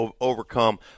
overcome